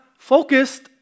Focused